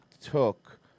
took